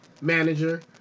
manager